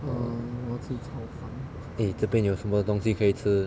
eh 这边有什么东西可以吃